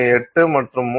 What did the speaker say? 8 மற்றும் 3